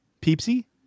Peepsy